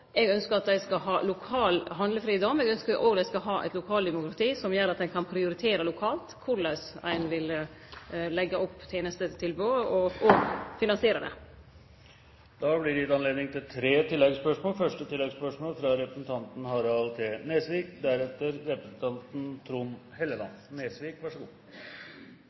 Eg ynskjer at dei skal ha lokal handlefridom. Eg ynskjer òg at dei skal ha eit lokaldemokrati som gjer at dei kan prioritere lokalt korleis dei vil leggje opp tenestetilbodet og òg finansiere det. Det blir gitt anledning til tre oppfølgingsspørsmål – først Harald T. Nesvik. Statsråden påpeker i sitt første